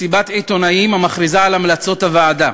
מסיבת עיתונאים המכריזה על המלצות הוועדה,